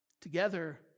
Together